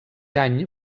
any